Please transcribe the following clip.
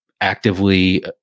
actively